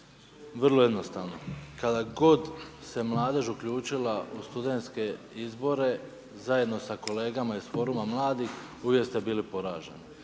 vrlo jednostavno kada god se mladež uključila u studentske izbore zajedno sa kolegama iz Foruma mladih uvijek ste bili poraženi.